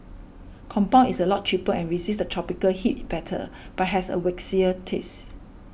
compound is a lot cheaper and resists the tropical heat better but has a waxier taste